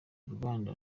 rwanda